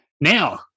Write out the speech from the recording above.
now